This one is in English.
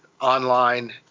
online